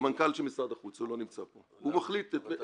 ומי יודע להגיד לי מי --- המנכ"ל של משרד החוץ.